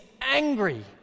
angry